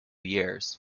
years